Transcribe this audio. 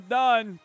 done